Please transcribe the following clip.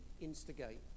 instigate